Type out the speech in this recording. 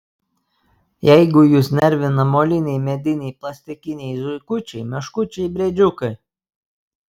jeigu jus nervina moliniai mediniai plastikiniai zuikučiai meškučiai briedžiukai